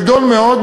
גדול מאוד,